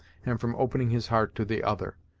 and from opening his heart to the other.